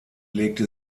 legte